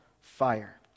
fire